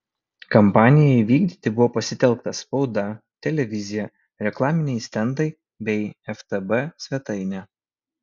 kampanijai vykdyti buvo pasitelkta spauda televizija reklaminiai stendai bei ftb svetainė